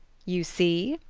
you see!